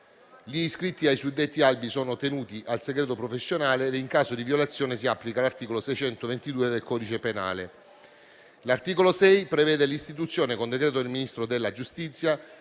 Gli iscritti ai suddetti albi sono tenuti al segreto professionale e, in caso di violazione, si applica l'articolo 622 del codice penale. L'articolo 6 prevede l'istituzione, con decreto del Ministro della giustizia,